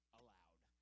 allowed